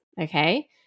Okay